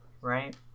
right